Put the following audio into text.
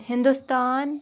Hindustan